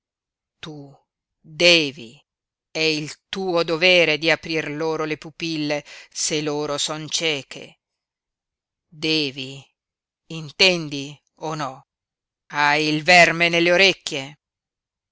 tu devi è il tuo dovere di aprir loro le pupille se loro son cieche devi intendi o no hai il verme nelle orecchie